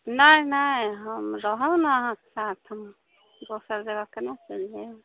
नहि नहि हम रहब ने आहाँके साथमे दोसर जगह केना चलि जेबै